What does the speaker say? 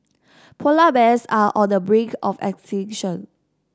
polar bears are on the brink of extinction